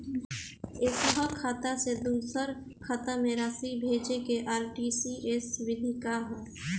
एकह खाता से दूसर खाता में राशि भेजेके आर.टी.जी.एस विधि का ह?